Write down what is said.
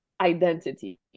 identity